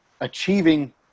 achieving